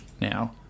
now